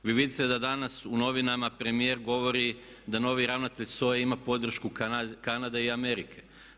Vi vidite da danas u novinama premijer govori da novi ravnatelj SOA-e ima podršku Kanade i Amerike.